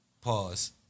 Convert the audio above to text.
pause